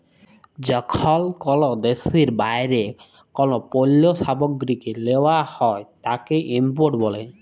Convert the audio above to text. যখন কল দ্যাশের বাইরে কল পল্য সামগ্রীকে লেওয়া হ্যয় তাকে ইম্পোর্ট ব্যলে